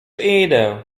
idę